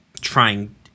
trying